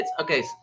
okay